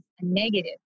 negative